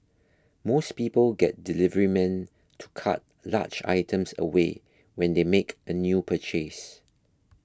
most people get deliverymen to cart large items away when they make a new purchase